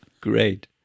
Great